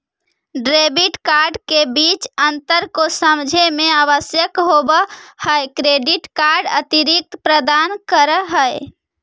Debit card के बीच अंतर को समझे मे आवश्यक होव है क्रेडिट कार्ड अतिरिक्त प्रदान कर है?